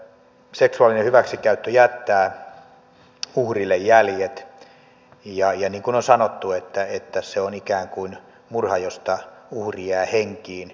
seksuaalinen hyväksikäyttö jättää uhrille jäljet ja niin kuin sanottu se on ikään kuin murha josta uhri jää henkiin